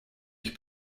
ich